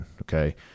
Okay